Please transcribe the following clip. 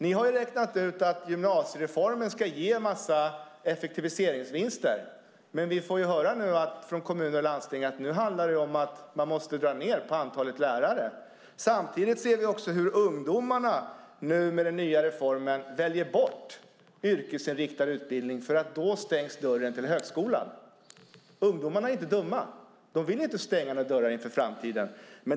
Ni har räknat ut att gymnasiereformen ska ge en massa effektivitetsvinster, men nu får vi höra från Sveriges Kommuner och Landsting att nu handlar det om att man måste dra ned på antalet lärare. Samtidigt ser vi hur ungdomarna med den nya reformen väljer bort yrkesinriktad utbildning, för annars stängs dörren till högskolan. Ungdomarna är inte dumma. De vill inte stänga några dörrar inför framtiden.